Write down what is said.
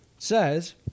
says